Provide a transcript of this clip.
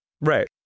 right